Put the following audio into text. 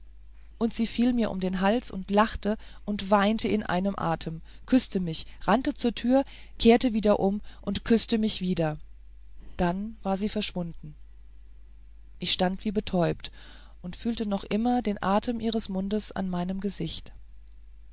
und sie fiel mir um den hals und lachte und weinte in einem atem küßte mich rannte zur tür kehrte wieder um und küßte mich wieder dann war sie verschwunden ich stand wie betäubt und fühlte noch immer den atem ihres mundes an meinem gesicht